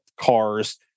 cars